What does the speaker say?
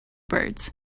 birds